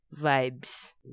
vibes